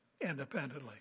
independently